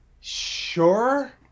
Sure